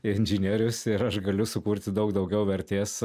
ir inžinierius ir aš galiu sukurti daug daugiau vertės